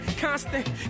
constant